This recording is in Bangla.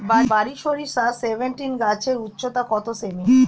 বারি সরিষা সেভেনটিন গাছের উচ্চতা কত সেমি?